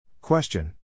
Question